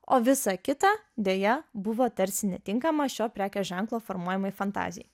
o visa kita deja buvo tarsi netinkama šio prekės ženklo formuojamai fantazijai